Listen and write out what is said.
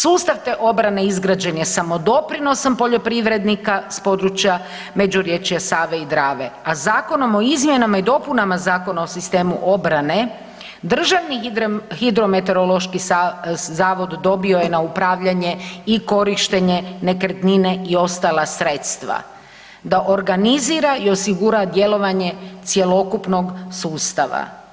Sustav te obrane izgrađen je samo doprinosom poljoprivrednika s područja međuriječja Save i Drave, a Zakonom o izmjenama i dopunama Zakona o sistemu obrane Državni hidrometeorološki zavod dobio je na upravljanje i korištenje nekretnine i ostala sredstva da organizira i osigura djelovanje cjelokupnog sustava.